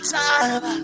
time